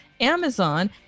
Amazon